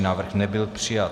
Návrh nebyl přijat.